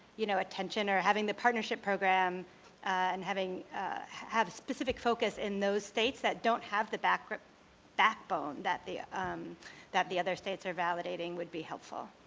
you know, attention or having the partnership program and having have specific focus in those states that don't have the backbone backbone that the um that the other states are validating would be helpful.